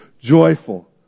Joyful